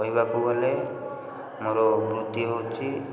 କହିବାକୁ ଗଲେ ମୋର ବୃତ୍ତି ହେଉଛି